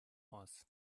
aus